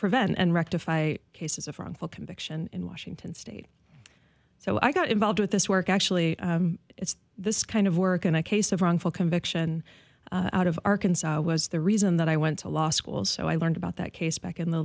prevent and rectify cases of wrongful conviction in washington state so i got involved with this work actually it's this kind of work and i case of wrongful conviction out of arkansas was the reason that i went to law school so i learned about that case back in the